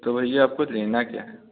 तो भैया आपको रहना क्या है